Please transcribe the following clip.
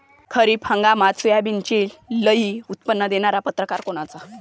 खरीप हंगामात सोयाबीनचे लई उत्पन्न देणारा परकार कोनचा?